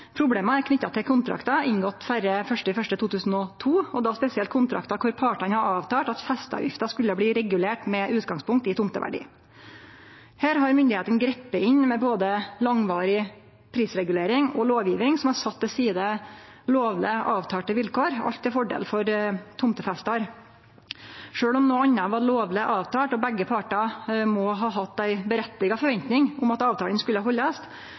er knytte til kontraktar inngått før 01.01.2002, og da spesielt kontraktar der partane har avtalt at festeavgifta skulle bli regulert med utgangspunkt i tomteverdi. Her har myndigheitene gripe inn med både langvarig prisregulering og lovgiving som har sett til side lovleg avtalte vilkår, alt til fordel for tomtefestar. Sjølv om noko anna var lovleg avtalt og begge partar må ha hatt ei rettkomen forventing om at avtalen skulle